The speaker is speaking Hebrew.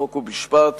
חוק ומשפט